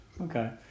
Okay